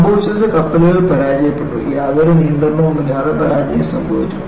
സംഭവിച്ചത് കപ്പലുകൾ പരാജയപ്പെട്ടു യാതൊരു നിയന്ത്രണവുമില്ലാതെ പരാജയം സംഭവിച്ചു